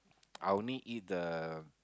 I only eat the